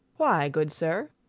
why, good sir?